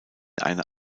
eine